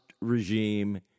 regime